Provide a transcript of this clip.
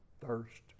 thirst